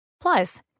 Plus